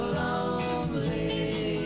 lonely